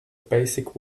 basic